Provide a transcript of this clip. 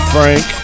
Frank